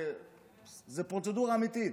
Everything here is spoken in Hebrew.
וזו פרוצדורה אמיתית.